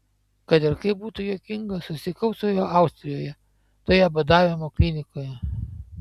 kad ir kaip būtų juokinga susitikau su juo austrijoje toje badavimo klinikoje